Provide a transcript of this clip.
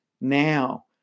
now